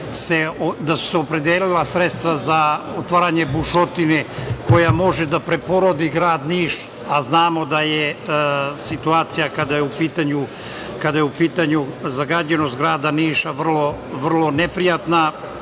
da su se opredelila sredstva za otvaranje bušotine koja može da preporodi grad Niš. Znamo da je situacija, kada je u pitanju zagađenost grada Niša, vrlo neprijatna,